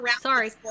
sorry